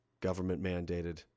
government-mandated